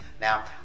Now